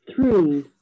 Three